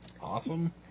Awesome